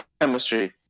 chemistry